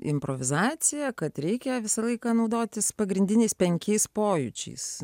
improvizacija kad reikia visą laiką naudotis pagrindiniais penkiais pojūčiais